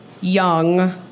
young